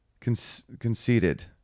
conceded